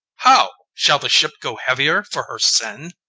how? shall the ship go heavier for her sin?